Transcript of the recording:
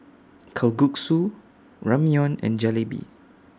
Kalguksu Ramyeon and Jalebi